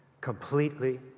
completely